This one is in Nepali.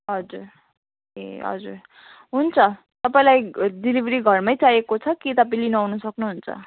हजुर ए हजुर हुन्छ तपाईँलाई डेलिभरी घरमै चाहिएको छ कि तपाईँ लिनु आउनु सक्नुहुन्छ